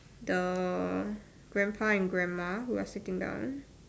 the grandpa and grandma who are sitting down